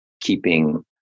keeping